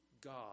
God